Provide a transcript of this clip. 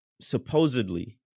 supposedly